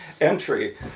entry